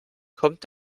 kommt